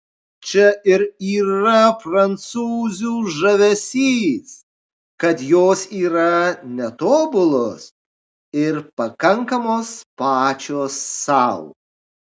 čia ir yra prancūzių žavesys kad jos yra netobulos ir pakankamos pačios sau